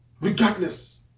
Regardless